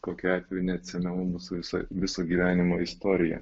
kokiu atveju neatsinaujinus visą viso gyvenimo istoriją